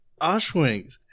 Oshwings